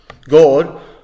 God